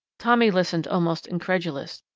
tommy listened, almost incredulous.